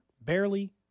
barely